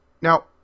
Now